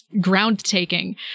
ground-taking